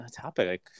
topic